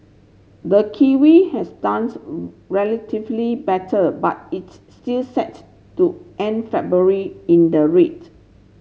the kiwi has done relatively better but it's still sets to end February in the read